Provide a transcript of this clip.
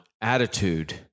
attitude